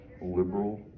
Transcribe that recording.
liberal